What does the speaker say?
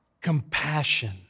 compassion